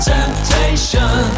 Temptation